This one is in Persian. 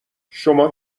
شما